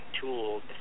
tools